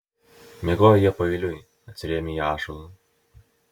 miegojo jie paeiliui atsirėmę į ąžuolą